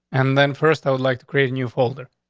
and then first, i would like to create a new folder.